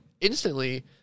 instantly –